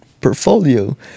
portfolio